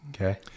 Okay